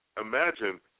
imagine